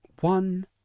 One